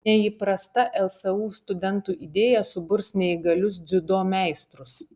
neįprasta lsu studentų idėja suburs neįgalius dziudo meistrus